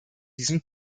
diesem